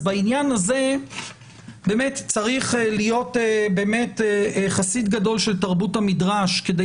אז בעניין הזה צריך להיות חסיד גדול של תרבות המדרש כדי